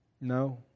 No